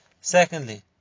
Secondly